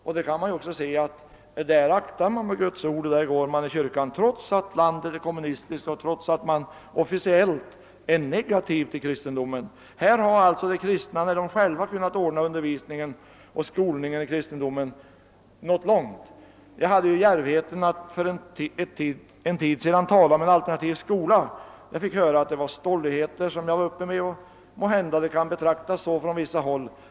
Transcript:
Man kan också se att folk där aktar Guds ord och går i kyrkan, trots att landet är kommunistiskt och trots att den officiella inställningen är negativ till kristendomen. Här har alltså kristna, då de själva kunnat ordna skolningen i kristendomen, nått långt. Jag hade för en tid sedan djärvheten att tala om en alternativ skola. Jag fick då höra att det var stolligheter jag framförde. Måhända kan förslaget betraktas så på vissa håll.